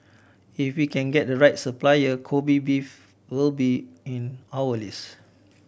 if we can get the right supplier Kobe beef will be in our list